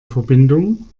verbindung